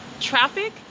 traffic